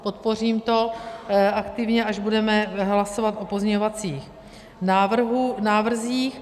Podpořím to aktivně, až budeme hlasovat o pozměňovacích návrzích.